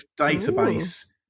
database